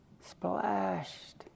Splashed